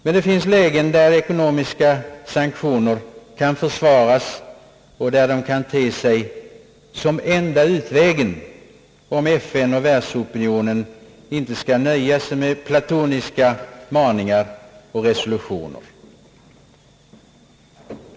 Det finns emellertid lägen där ekonomiska sanktioner kan försvaras och te sig som enda utvägen, om FN och världsopinionen inte skall nöja sig med platoniska maningar och resolutioner.